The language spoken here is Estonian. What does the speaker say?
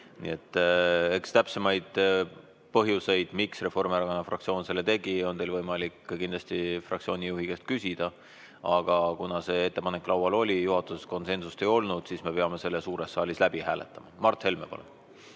teha. Eks täpsemaid põhjuseid, miks Reformierakonna fraktsioon selle [ettepaneku] tegi, on teil võimalik ka kindlasti fraktsiooni juhi käest küsida. Aga kuna see ettepanek laual oli, juhatuses konsensust ei olnud, siis me peame selle suures saalis läbi hääletama. Mart Helme, palun!